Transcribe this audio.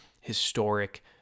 historic